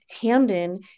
Hamden